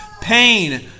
Pain